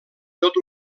tot